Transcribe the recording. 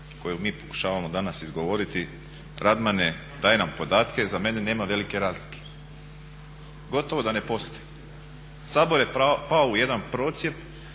koju mi pokušavamo danas izgovoriti "Radmane daj nam podatke" za mene nema velike razlike. Gotovo da ne postoji. Sabor je pao u jedan procjep